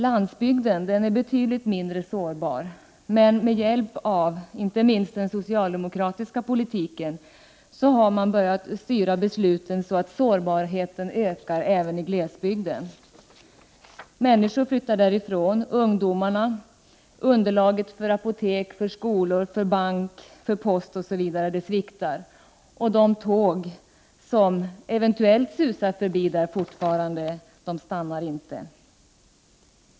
Landsbygden är betydligt mindre sårbar — men med hjälp av inte minst den socialdemokratiska politiken har man börjat styra besluten så, att sårbarheten ökar även i glesbygden. Ungdomarna flyttar därifrån, underlaget för apotek, skolor, bank, post osv. sviktar, och de tåg som eventuellt fortfarande finns kvar susar förbi.